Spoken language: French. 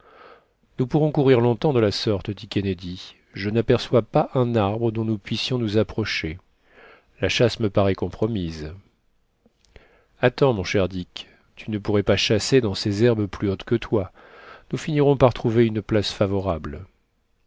nous pourrons courir longtemps de la sorte dit kennedy je n'aperçois pas un arbre dont nous puissions nous approcher la chasse me parait compromise attends mon cher dick tu ne pourrais pas chasser dans ces herbes plus hautes que toi nous finirons par trouver une place favorable